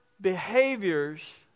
behaviors